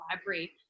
library